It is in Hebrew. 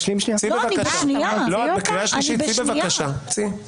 ביחס למצב הנוהג היום,